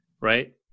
right